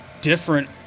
Different